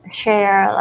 share